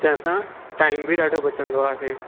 जंहिंसां टाइम बि ॾाढो बचंदो आहे